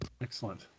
Excellent